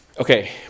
Okay